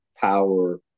power